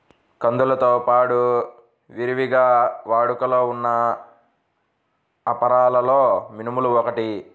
కందులతో పాడు విరివిగా వాడుకలో ఉన్న అపరాలలో మినుములు ఒకటి